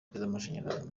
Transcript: amashanyarazi